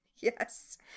Yes